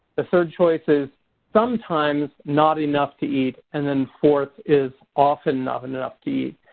the third choice is sometimes not enough to eat. and then fourth is often not enough to eat.